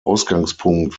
ausgangspunkt